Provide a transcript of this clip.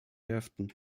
werften